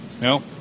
No